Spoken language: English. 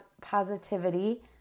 positivity